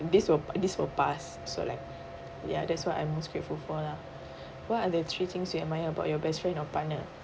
this will this will pass so like ya that's what I'm most grateful for lah what are the three things you admire about your best friend or partner